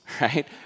right